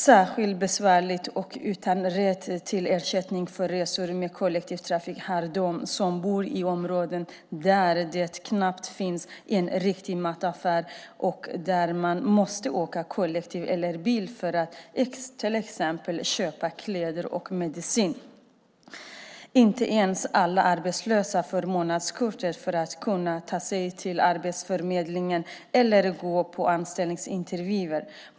Särskilt besvärligt har de det som är utan rätt till ersättning för resor med kollektivtrafik och som bor i områden där det knappt finns en riktig mataffär och där man måste åka kollektivt eller med bil för att till exempel köpa kläder och medicin. Inte ens alla arbetslösa får månadskort för att kunna ta sig till Arbetsförmedlingen eller gå på anställningsintervjuer.